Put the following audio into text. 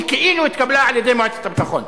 הוא כאילו התקבלה על-ידי מועצת הביטחון.